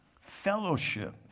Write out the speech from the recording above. Fellowship